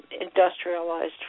industrialized